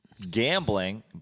Gambling